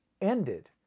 ended